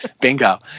bingo